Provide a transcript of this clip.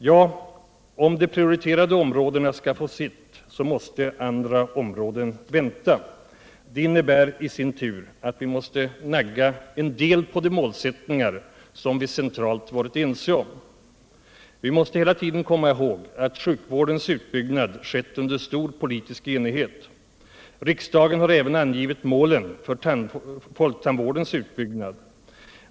Ja, om de prioriterade områdena skall få sitt, måste andra områden vänta. Det innebär i sin tur att vi måste nagga en del på de målsättningar som vi centralt varit ense om. Vi måste hela tiden komma ihåg att sjukvårdens utbyggnad skett under stor politisk enighet. Riksdagen har även angivit målen för folktandvårdens utbyggnad.